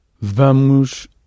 Vamos